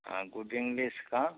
हाँ good English का